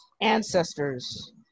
ancestors